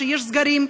שיש סגרים,